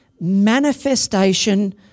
manifestation